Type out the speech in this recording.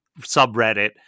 subreddit